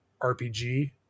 RPG